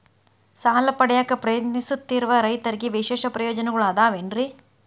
ಸಾಲ ಪಡೆಯಾಕ್ ಪ್ರಯತ್ನಿಸುತ್ತಿರುವ ರೈತರಿಗೆ ವಿಶೇಷ ಪ್ರಯೋಜನಗಳು ಅದಾವೇನ್ರಿ?